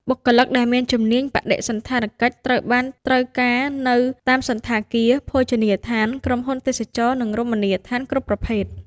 បុគ្គលិកដែលមានជំនាញបដិសណ្ឋារកិច្ចត្រូវបានត្រូវការនៅតាមសណ្ឋាគារ ភោជនីយដ្ឋាន ក្រុមហ៊ុនទេសចរណ៍ និងរមណីយដ្ឋានគ្រប់ប្រភេទ។